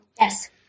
yes